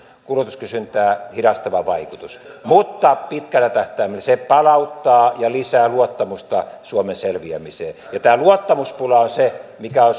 kulutuskysyntää hidastava vaikutus mutta pitkällä tähtäimellä se palauttaa ja lisää luottamusta suomen selviämiseen ja tämä luottamuspula on se mikä on